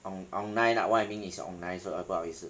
on~ online ah what I mean is online 是不好意思